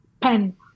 pen